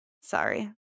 Sorry